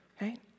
right